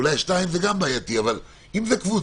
אולי שניים זה גם בעייתי אבל אם זה קבוצה